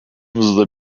hızla